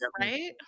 right